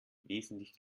wesentlich